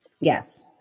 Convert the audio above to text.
Yes